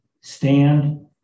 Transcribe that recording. stand